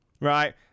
right